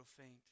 faint